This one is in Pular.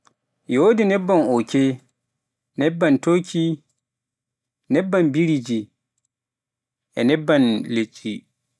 e wodi nebban oke, nebban turkey, nebban biriji e nebban liɗɗi.